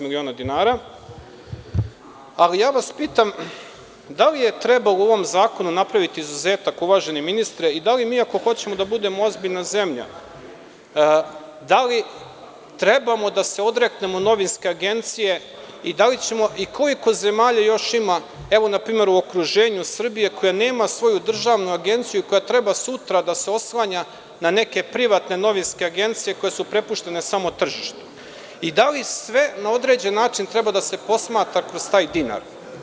Pitam vas – da li treba u ovom zakonu napraviti izuzetak, uvaženi ministre, i da li mi ako hoćemo da budemo ozbiljna zemlja, da li trebamo da se odreknemo novinske agencije i kolikozemalja još ima u okruženju Srbije koje nemaju svoju državnu agenciju, koje trebaju sutra da se oslanjaju na neke privatne novinske agencije koje su prepuštene samo tržištu i da li sve na određen način treba da se posmatra kroz taj dinar?